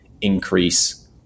increase